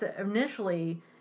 initially